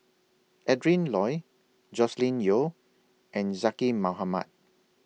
Adrin Loi Joscelin Yeo and Zaqy Mohamad